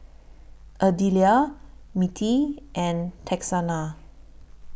Adelia Mittie and Texanna